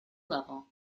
level